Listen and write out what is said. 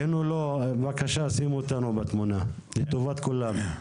בבקשה, שימו אותנו בתמונה לטובת כולם.